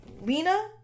Lena